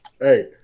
Hey